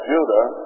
Judah